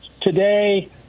today